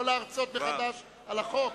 לא להרצות מחדש על החוק.